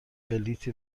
بلیطی